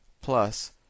plus